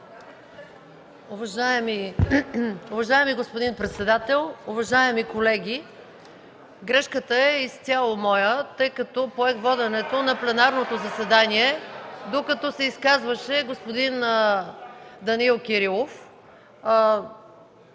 Уважаеми господин председател, уважаеми колеги, грешката е изцяло моя, тъй като поех воденето на пленарното заседание докато се изказваше господин Данаил Кирилов.